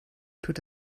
tut